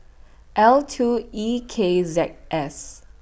L two E K Z S